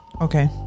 Okay